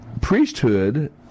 priesthood